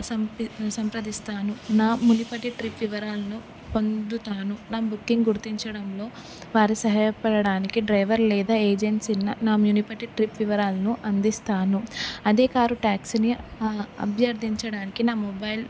సంప్ర సంప్రదిస్తాను నా మునుపటి ట్రిప్ వివరాలను పొందుతాను నా బుకింగ్ గుర్తించడంలో వారి సహాయపడడానికి డ్రైవర్ లేదా ఏజెన్సీని నా మునుపటి ట్రిప్ వివరాలను అందిస్తాను అదే కారు ట్యాక్సీని అభ్యర్థించడానికి నా మొబైల్